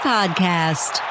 Podcast